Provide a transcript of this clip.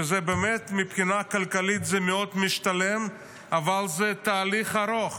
שמבחינה כלכלית זה מאוד משתלם אבל זה תהליך ארוך,